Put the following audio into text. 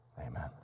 Amen